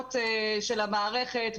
הטלטלות של המערכת,